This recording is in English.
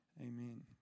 Amen